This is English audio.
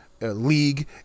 League